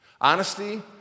Honesty